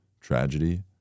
tragedy